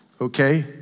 Okay